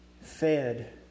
fed